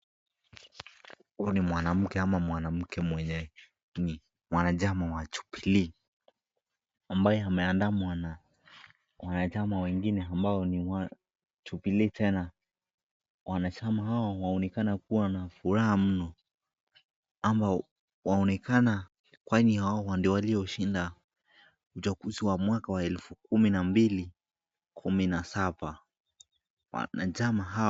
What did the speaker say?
Huyu ni mwanamke ama mwanamke mwenye ni mwanachama wa Jubilee ambaye ameandamwa na wanachama wengine ambao ni wa Jubilee tena. Wanachama hao waonekana kuwa wana furaha mno ama waonekana kwani hawa ndio walioshinda uchaguzi wa mwaka wa elfu kumi na mbili kumi na saba. Wanachama hawa.